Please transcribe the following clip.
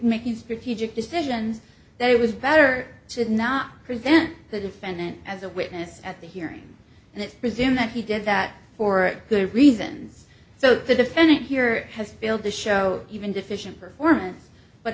making strategic decisions that it was better should not prevent the defendant as a witness at the hearing and it's presumed that he did that for the reasons so the defendant here has failed to show even deficient performance but